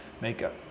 makeup